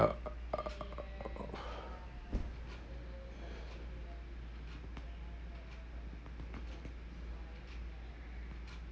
uh